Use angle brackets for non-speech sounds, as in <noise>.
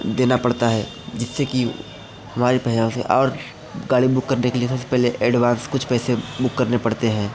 देना पड़ता है जिससे कि हमारी <unintelligible> से और गाड़ी बुक करने के लिए सबसे पहले एडवांस कुछ पैसे बुक करने पड़ते हैं